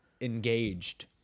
engaged